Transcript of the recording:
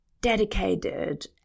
dedicated